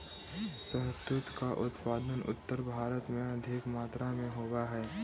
शहतूत का उत्पादन उत्तर भारत में अधिक मात्रा में होवअ हई